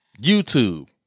YouTube